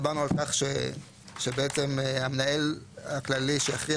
דיברנו על כך שבעצם המנהל הכללי שיכריע